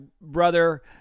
brother